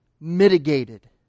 mitigated